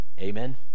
amen